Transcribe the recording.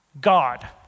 God